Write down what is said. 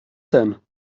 denn